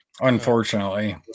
unfortunately